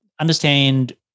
understand